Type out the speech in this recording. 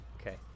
Okay